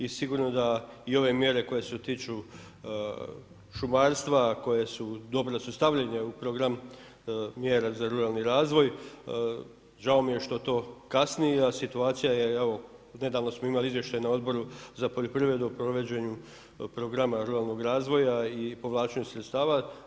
I sigurno i ove mjere koje se tiču šumarstva, koje su dobro su stavljene u program mjera za ruralni razvoj, žao mi je što to kasni, a situacija je evo, nedavno smo imali izvještaj na Odboru za poljoprivredu, preuređenih programa ruralnog razvoja i povlačenju sredstava.